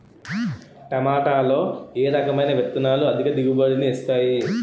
టమాటాలో ఏ రకమైన విత్తనాలు అధిక దిగుబడిని ఇస్తాయి